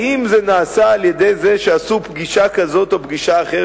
האם זה נעשה על-ידי זה שעשו פגישה כזאת או פגישה אחרת,